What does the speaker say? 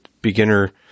beginner